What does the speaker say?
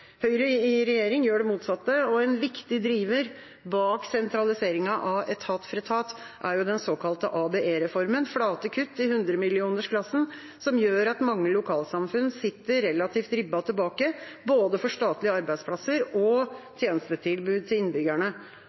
Høyre i regjering gjør det motsatte, og en viktig driver bak sentraliseringen av etat for etat er jo den såkalte ABE-reformen, flate kutt i hundremillionersklassen, som gjør at mange lokalsamfunn sitter relativt ribbet tilbake både for statlige arbeidsplasser og for tjenestetilbud til innbyggerne.